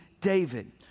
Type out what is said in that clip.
David